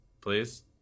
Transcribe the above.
please